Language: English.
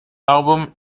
album